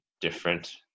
different